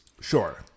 Sure